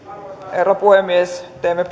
herra puhemies teemme